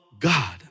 God